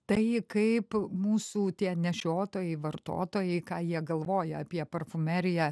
tai kaip mūsų tie nešiotojai vartotojai ką jie galvoja apie parfumeriją